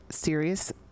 serious